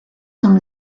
zum